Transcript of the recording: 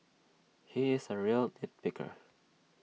he is A real nit picker